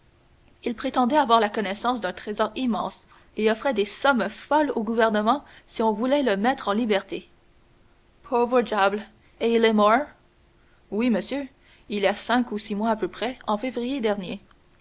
il prétendait avoir la connaissance d'un trésor immense et offrait des sommes folles au gouvernement si on voulait le mettre en liberté pauvre diable et il est mort oui monsieur il y a cinq ou six mois à peu près en février